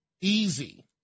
easy